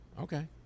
okay